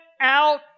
out